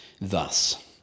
thus